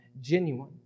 genuine